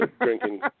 drinking